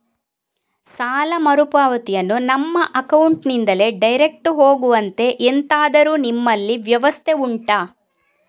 ಸಾಲ ಮರುಪಾವತಿಯನ್ನು ನಮ್ಮ ಅಕೌಂಟ್ ನಿಂದಲೇ ಡೈರೆಕ್ಟ್ ಹೋಗುವಂತೆ ಎಂತಾದರು ನಿಮ್ಮಲ್ಲಿ ವ್ಯವಸ್ಥೆ ಉಂಟಾ